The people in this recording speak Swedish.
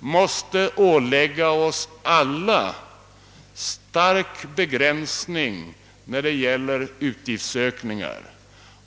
måste ålägga oss stor begränsning när det gäller utgiftsökningar.